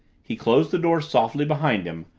he closed the door softly behind him,